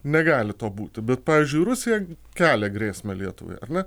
negali to būti bet pavyzdžiui rusija kelia grėsmę lietuvai ar ne